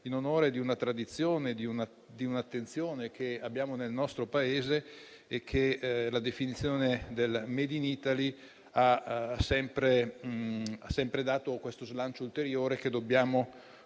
in onore di una tradizione e di un'attenzione che abbiamo nel nostro Paese. Peraltro, la definizione del *made in Italy* ha sempre dato questo slancio ulteriore, che dobbiamo